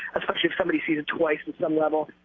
especially if somebody sees it twice at some level.